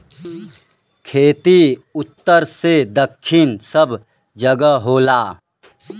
खेती उत्तर से दक्खिन सब जगह होला